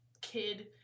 kid